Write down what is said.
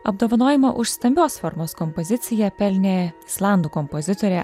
apdovanojimą už stambios formos kompoziciją pelnė islandų kompozitorė